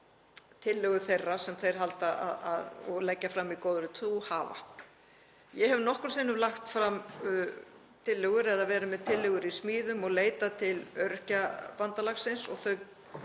tillögur þeirra sem þeir leggja fram í góðri trú hafa. Ég hef nokkrum sinnum lagt fram tillögur eða verið með tillögur í smíðum og leitað til Öryrkjabandalagsins og þau